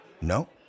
No